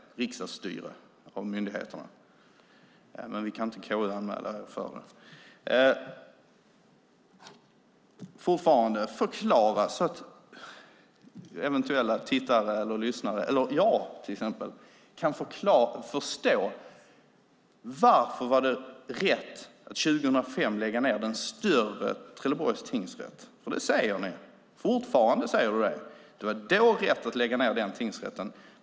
Riksdagsstyre av myndigheterna. Men vi kan inte KU-anmäla er för det. Förklara så att eventuella tittare eller lyssnare, eller jag till exempel, kan förstå varför det var rätt att 2005 lägga ned den större Trelleborgs tingsrätt, för det säger ni. Fortfarande säger du det. Det var då rätt att lägga ned den tingsrätten.